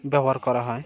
ব্যবহার করা হয়